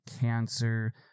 cancer